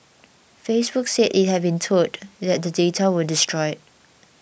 Facebook said it had been told that the data were destroyed